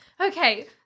Okay